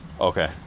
okay